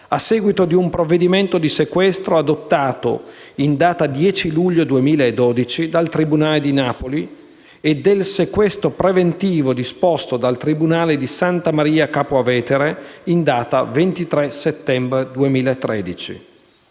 a seguito di un provvedimento di sequestro adottato, in data 10 luglio 2012, dal tribunale di Napoli, e del sequestro preventivo disposto dal tribunale di Santa Maria Capua Vetere, in data 23 settembre 2013.